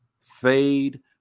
fade